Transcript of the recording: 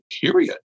period